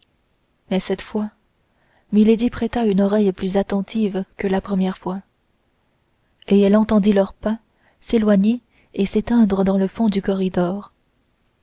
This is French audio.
mais cette fois milady prêta une oreille plus attentive que la première fois et elle entendit leurs pas s'éloigner et s'éteindre dans le fond du corridor